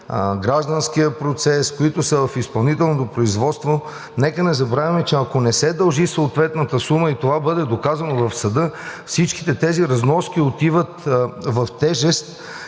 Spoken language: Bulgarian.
гражданския процес, които са в изпълнителното производство, ако не се дължи съответната сума и това бъде доказано в съда, всичките тези разноски отиват в тежест